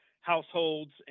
households